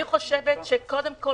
אני חושבת שקודם כול